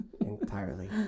Entirely